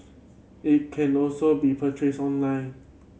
it can also be purchased online